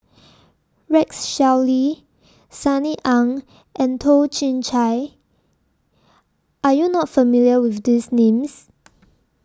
Rex Shelley Sunny Ang and Toh Chin Chye Are YOU not familiar with These Names